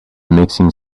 mixing